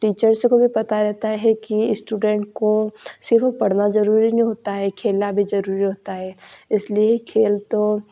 teachers को भी पता रहता है कि स्टूडेंट को सिर्फ पढ़ना जरुरी नहीं होता है खेलना भी जरुरी होता है इसलिए खेल तो